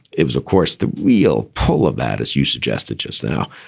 it was, of course, the real pull of that. as you suggested just now,